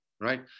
right